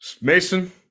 Mason